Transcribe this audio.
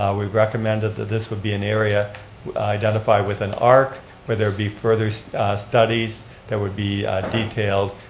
we recommended that this would be an area identified with an arc where there be further studies that would be detailed,